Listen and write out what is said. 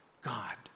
God